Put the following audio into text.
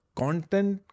content